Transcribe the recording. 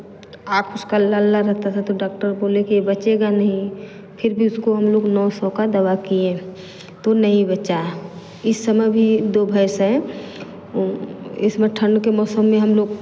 आँख उसका लाल लाल रहता था तो डॉक्टर बोले की यह बचेगा नहीं फिर भी उसको हम लोग नौ सौ का दवा किए तो नहीं बचा इस समय भी दो भैंस है इसमें ठंड के मौसम में हम लोग